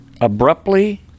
abruptly